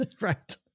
Right